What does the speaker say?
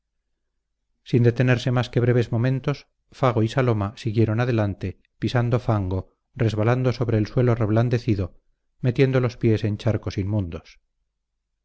sin detenerse más que breves momentos fago y saloma siguieron adelante pisando fango resbalando sobre el suelo reblandecido metiendo los pies en charcos inmundos